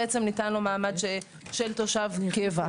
ניתן לו מעמד של תושב קבע.